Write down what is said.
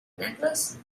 necklace